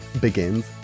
begins